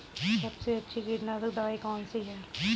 सबसे अच्छी कीटनाशक दवाई कौन सी है?